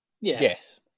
Yes